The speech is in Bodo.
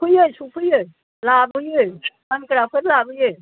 सौफैयो सौफैयो लाबोयो फानग्राफोर लाबोयो